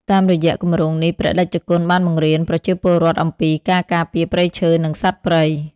តាមរយៈគម្រោងនេះ ព្រះតេជគុណបានបង្រៀនប្រជាពលរដ្ឋអំពីការការពារព្រៃឈើ និងសត្វព្រៃ។